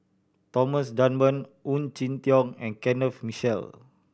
Thomas Dunman Ong Jin Teong and Kenneth Mitchell